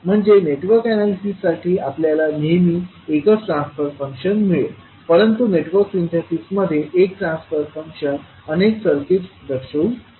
म्हणजे नेटवर्क अॅनालिसिससाठी आपल्याला नेहमी एकच ट्रान्सफर फंक्शन मिळेल परंतु नेटवर्क सिंथेसिसमध्ये एक ट्रान्सफर फंक्शन अनेक सर्किट्स दर्शवु शकते